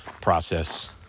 process